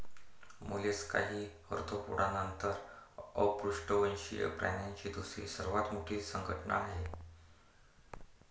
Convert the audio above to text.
Mollusca ही Arthropoda नंतर अपृष्ठवंशीय प्राण्यांची दुसरी सर्वात मोठी संघटना आहे